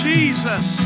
Jesus